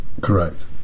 correct